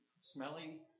smelly